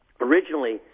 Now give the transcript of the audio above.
originally